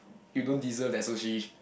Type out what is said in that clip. you don't deserve that sushi